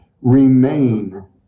remain